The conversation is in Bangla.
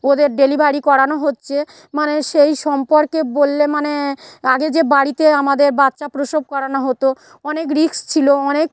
ওদের ডেলিভারি করানো হচ্ছে মানে সেই সম্পর্কে বললে মানে আগে যে বাড়িতে আমাদের বাচ্চা প্রসব করানো হতো অনেক রিস্ক ছিল অনেক